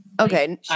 Okay